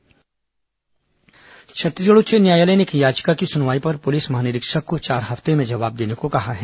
high court police महानिरीक्षक छत्तीसगढ़ उच्च न्यायालय ने एक याचिका की सुनवाई पर पुलिस महानिरीक्षक को चार हफ्ते में जवाब देने को कहा है